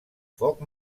foc